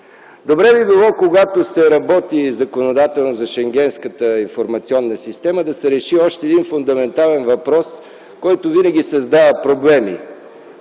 Добре би било, когато се работи законодателно за Шенгенската информационна система, да се реши още един фундаментален въпрос, който винаги създава проблеми